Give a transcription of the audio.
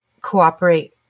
cooperate